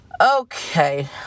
Okay